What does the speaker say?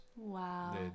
Wow